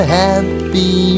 happy